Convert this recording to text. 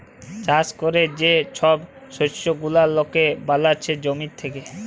চাষ ক্যরে যে ছব শস্য গুলা লকে বালাচ্ছে জমি থ্যাকে